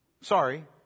Sorry